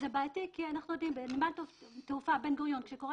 זה בעייתי כי אנחנו יודעים שכשבנמל התעופה בן גוריון קורה